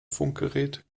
funkgerät